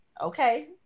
Okay